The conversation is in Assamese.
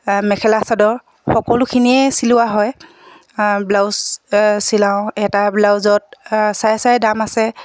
মেখেলা চাদৰ সকলোখিনিয়ে চিলোৱা হয় ব্লাউজ চিলাওঁ এটা ব্লাউজত চাই চাই দাম আছে